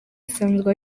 asanzwe